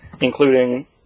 including